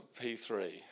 P3